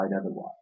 otherwise